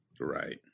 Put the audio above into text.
Right